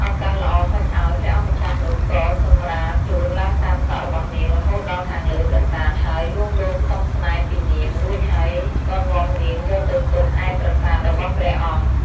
ឱកាសល្អហុចឱ្យ ព្រះអង្គម្ចាស់នោះក៏សំរាលខ្លួនឡើងតាមសក់របស់នាងរហូតដល់ខាងលើប្រាសាទហើយលួងលោមសុំស្នេហ៍ពីនាង រួចហើយក៏នាំនាងយកទៅទុកឯប្រាសាទរបស់ព្រះអង្គ ។